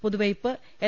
Puthuvype L